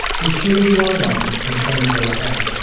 be sure you are right and then go ahead.